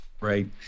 Right